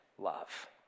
love